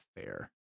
fair